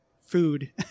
food